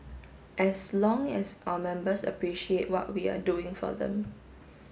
as long as our members appreciate what we are doing for them